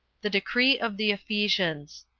the decree of the ephesians.